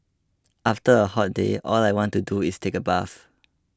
after a hot day all I want to do is take a bath